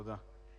תודה.